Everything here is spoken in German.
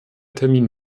termin